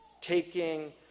taking